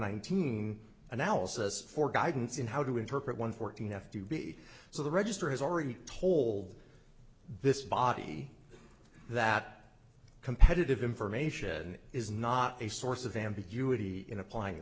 nineteen analysis for guidance in how to interpret one fourteen f to be so the register has already told this body that competitive information is not a source of ambiguity in applying